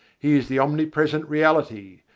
he is the omnipresent reality,